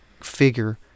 figure